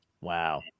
Wow